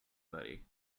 betty